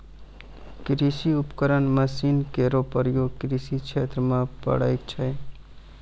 कृषि उपकरण मसीन केरो प्रयोग कृषि क्षेत्र म पड़ै छै